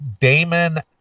Damon